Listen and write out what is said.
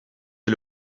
est